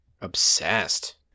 obsessed